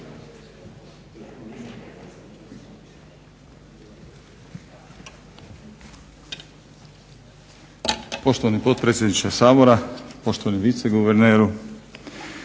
Poštovani potpredsjedniče Sabora, zamjenik guvernera,